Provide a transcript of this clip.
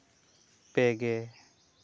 ᱯᱮ ᱜᱮ